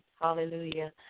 Hallelujah